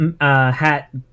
hat